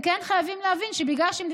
משרד הבריאות מוביל כבר כמה שנים תוכנית